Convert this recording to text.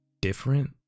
different